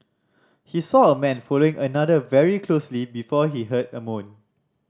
he saw a man following another very closely before he heard a moan